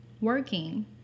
working